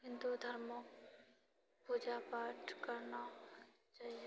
हिन्दू धर्ममे पूजा पाठ करना चाहिए